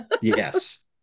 Yes